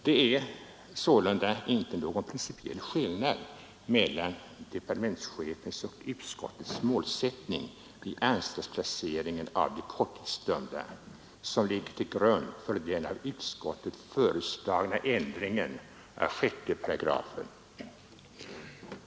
Det är sålunda inte någon principiell skillnad mellan departementschefens och utskottets målsättning i anstaltsplaceringen av de korttidsdömda som ligger till grund för den av utskottet föreslagna ändringen av 6 §.